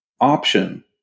option